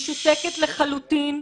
משותקת לחלוטין.